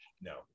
No